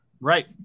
right